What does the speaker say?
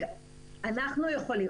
אנחנו יכולים,